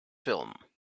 film